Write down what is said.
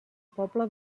poble